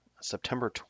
September